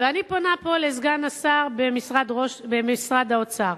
ואני פונה פה לסגן השר במשרד האוצר,